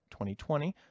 2020